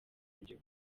yongeye